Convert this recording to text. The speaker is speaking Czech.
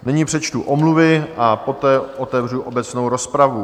Nyní přečtu omluvy a poté otevřu obecnou rozpravu.